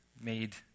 made